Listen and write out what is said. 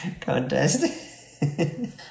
contest